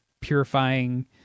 purifying